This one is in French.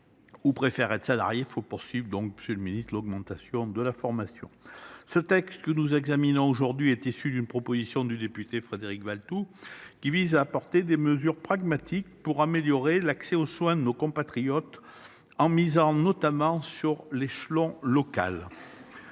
ou préfèrent être salariés. Il faut donc mettre l’accent sur la formation. Le texte que nous examinons aujourd’hui est issu d’une proposition de loi du député Frédéric Valletoux. Il vise à apporter des mesures pragmatiques pour améliorer l’accès aux soins de nos compatriotes, en misant notamment sur l’échelon local.